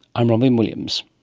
i'm robyn williams